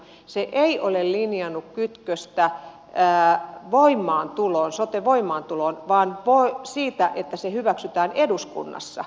se ei ole linjannut kytköstä soten voimaantuloon vaan siihen että se hyväksytään eduskunnassa